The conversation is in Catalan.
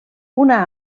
una